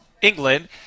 England